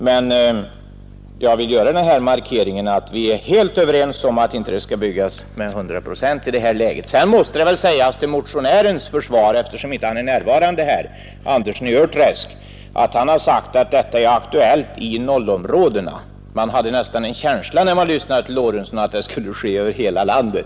Men jag vill nu markera att vi är helt överens om att det inte i detta läge skall byggas vägar med statsbidrag på upp till 100 procent. Eftersom motionären, herr Andersson i Örträsk, inte är närvarande måste jag till hans försvar säga att han med sitt förslag endast avsåg 0-områdena; när man lyssnade till herr Lorentzon fick man en känsla av att det gällde hela landet.